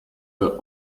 the